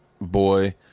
boy